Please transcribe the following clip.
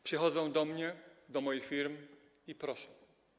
Przychodzą do mnie, do moich firm i proszą.